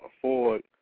afford